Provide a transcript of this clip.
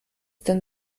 denn